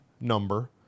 number